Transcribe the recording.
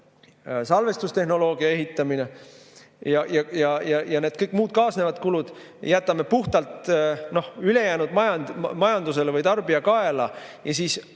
salvestustehnoloogia ehitamine ja kõik muud kaasnevad kulud, puhtalt ülejäänud majandusele või tarbija kaela ja siis